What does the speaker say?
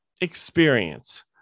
experience